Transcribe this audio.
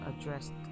addressed